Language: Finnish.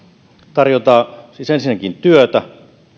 tarjota siis ensinnäkin työtä